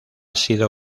sido